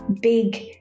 big